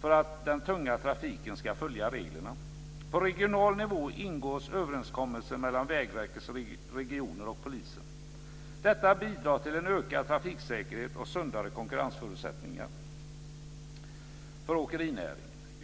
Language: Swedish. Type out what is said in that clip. för att den tunga trafiken ska följa reglerna. På regional nivå ingås överenskommelser mellan Vägverkets regioner och polisen. Detta bidrar till en ökad trafiksäkerhet och sundare konkurrensförutsättningar för åkerinäringen.